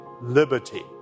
liberty